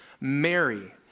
Mary